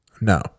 No